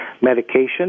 medication